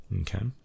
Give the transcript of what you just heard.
Okay